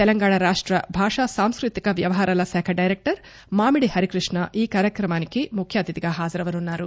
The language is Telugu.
తెలంగాణ రాష్ట భాష సాంస్కృతిక వ్యవహారాల శాఖ డైరెక్టర్ మామిడి హరికృష్ణ ఈ కార్యక్రమానికి ముఖ్య అతిథిగా హాజరవనున్నారు